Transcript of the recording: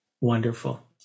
wonderful